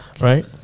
Right